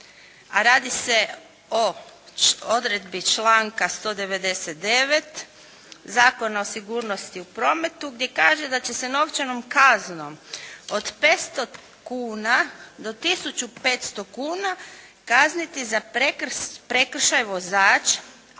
a radi se o odredbi članka 199. Zakona o sigurnosti u prometu gdje kaže da će se novčanom kaznom od 500 kuna do tisuću 500 kuna kazniti za prekršaj vozač